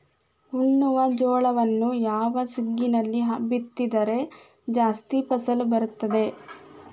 ಉಣ್ಣುವ ಜೋಳವನ್ನು ಯಾವ ಸುಗ್ಗಿಯಲ್ಲಿ ಬಿತ್ತಿದರೆ ಜಾಸ್ತಿ ಫಸಲು ಬರುತ್ತದೆ?